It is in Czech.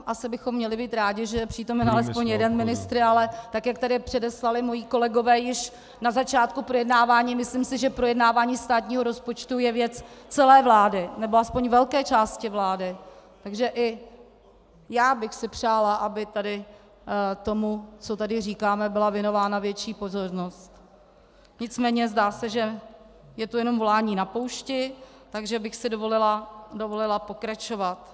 Asi bychom měli být rádi, že je přítomen alespoň jeden ministr, ale tak jak tady předeslali moji kolegové již na začátku projednávání, myslím si, že projednávání státního rozpočtu je věc celé vlády, nebo aspoň velké části vlády, takže i já bych si přála, aby tomu, co tady říkáme, byla věnována větší pozornost, nicméně zdá se, že je to jenom volání na poušti, takže bych si dovolila pokračovat.